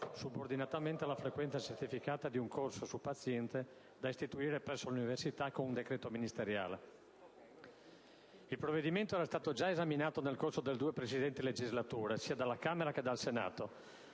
subordinatamente alla frequenza certificata di un «corso su paziente» da istituire presso le università con un decreto ministeriale. Il provvedimento era stato già esaminato nel corso delle due precedenti legislature sia dalla Camera che dal Senato,